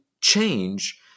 change